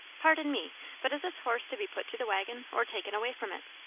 pardon me but is this horse to be put to the waggon or taken away from it?